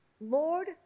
Lord